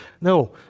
No